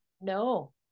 No